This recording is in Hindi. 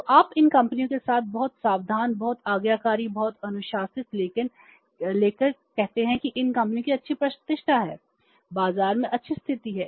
तो आप भी इन कंपनियों के साथ बहुत सावधान बहुत आज्ञाकारी बहुत अनुशासित लेकिन कहते हैं कि इन कंपनियों की अच्छी प्रतिष्ठा है बाजार में अच्छी स्थिति है